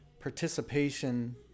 participation